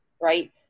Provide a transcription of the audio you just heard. Right